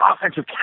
offensive